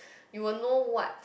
you will know what